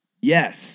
Yes